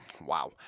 wow